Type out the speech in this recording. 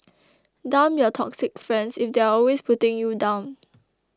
dump your toxic friends if they're always putting you down